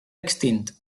extint